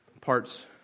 parts